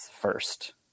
first